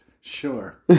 sure